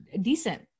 decent